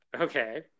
Okay